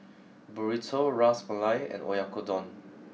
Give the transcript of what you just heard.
Burrito Ras Malai and Oyakodon